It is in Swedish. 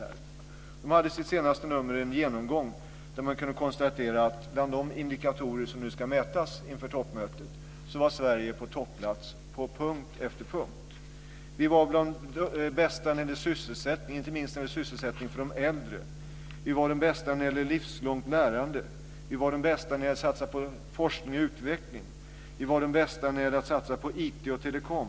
Den redovisar i det senaste numret en genomgång där det konstateras att bland de indikatorer som tagits fram inför toppmötet låg Sverige på punkt efter punkt på topplats. Vi var bland de bästa när det gäller sysselsättning, inte minst sysselsättning för de äldre. Vi var också de bästa vad avser livslångt lärande. Vi var bäst på att satsa på forskning och utveckling. Vi var de bästa när det gällde att satsa på IT och telecom.